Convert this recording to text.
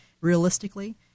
realistically